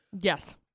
Yes